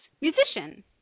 Musician